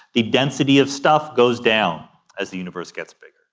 the density of stuff goes down as the universe gets bigger.